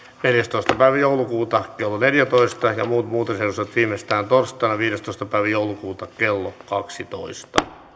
neljästoista kahdettatoista kello neljätoista nolla nolla ja muut muutosehdotukset viimeistään torstaina viidestoista kahdettatoista kello kaksitoista